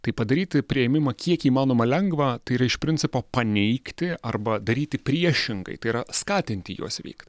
tai padaryt priėmimą kiek įmanoma lengvą tai yra iš principo paneigti arba daryti priešingai tai yra skatinti juos veikt